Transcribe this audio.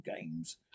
games